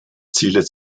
ziele